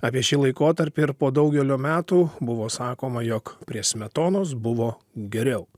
apie šį laikotarpį ir po daugelio metų buvo sakoma jog prie smetonos buvo geriau